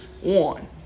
one